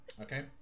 okay